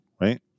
right